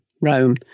Rome